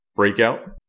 Breakout